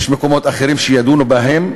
יש מקומות אחרים שידונו בהם,